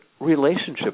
relationship